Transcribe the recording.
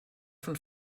von